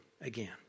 again